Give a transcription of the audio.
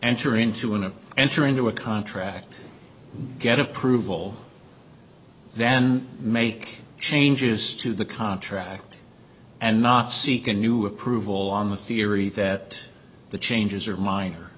enter into an enter into a contract get approval then make changes to the contract and not seek a new approval on the theory that the changes are minor